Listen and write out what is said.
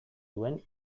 duen